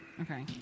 Okay